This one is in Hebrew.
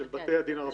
של בתי הדין הרבניים.